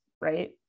right